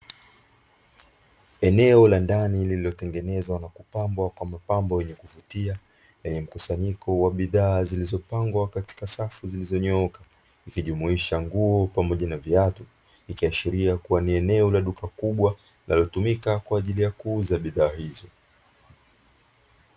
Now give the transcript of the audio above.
Eneo la ndani lililotengenezwa na kupambwa kwa mapambo yenye kuvutia, lenye mkusanyiko wa bidhaa zilizopangwa kwenye safu zilizonyooka, ikijumuisha nguo pamoja na viatu, ikiashiria kua ni eneo la duka kubwa linalotumika kwajili ya kuuza bidhaa hizo.